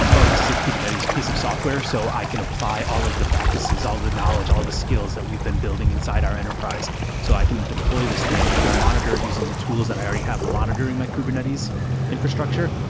oh! this is a kubernetes piece of software. so i can apply all of the practices, all the knowledge, all the skills that we've been building inside our enterprise so i can deploy this thing. i can monitor it using the tools that i already have monitoring my kubernetes infrastructure.